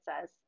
says